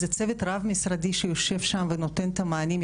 זה צוות רב-משרדי שיושב שם ונותן את המענים.